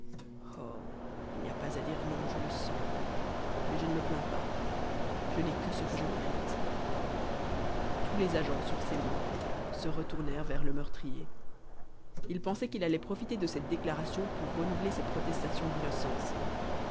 il n'y a pas à dire non je le sens mais je ne me plains pas je n'ai que ce que je mérite tous les agents sur ces mots se retournèrent vers le meurtrier ils pensaient qu'il allait profiter de cette déclaration pour renouveler ses protestations d'innocence